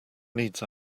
needs